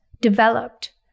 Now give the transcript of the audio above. developed